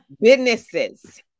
Businesses